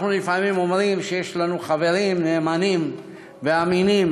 אנחנו לפעמים אומרים שיש לנו חברים נאמנים ואמינים,